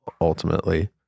ultimately